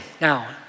now